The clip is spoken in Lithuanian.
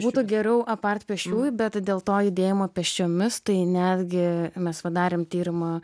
būtų geriau apart pėsčiųjų bet dėl to judėjimo pėsčiomis tai netgi mes padarėm tyrimą